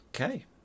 Okay